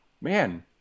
man